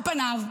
על פניו,